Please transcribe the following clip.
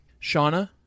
Shauna